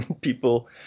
people